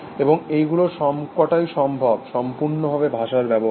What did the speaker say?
এবং এইগুলোর সবকটাই সম্ভব সম্পূর্ণভাবে ভাষার ব্যবহারে